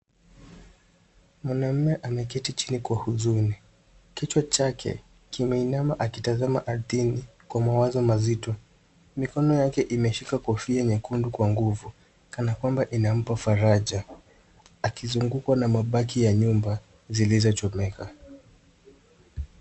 Mwanaume ameketi chini kwa huzuni huku kichwa chake kimeinama akitazama ardhini kwa mawazo mazito. Mikono yake imeshika kofia nyekundu kwa nguvu kana kwamba inampaa faraja akizungukwa na mabaki ya nyumba zilizochomeka.